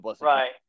Right